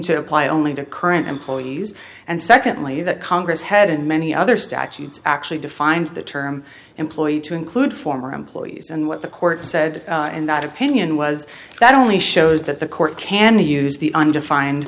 to apply only to current employees and secondly that congress had in many other statutes actually defined the term employee to include former employees and what the court said in that opinion was that only shows that the court can use the undefined